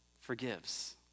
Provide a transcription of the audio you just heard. forgives